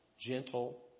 gentle